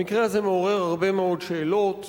המקרה הזה מעורר הרבה מאוד שאלות,